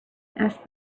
asked